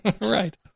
Right